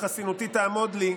שחסינותי תעמוד לי,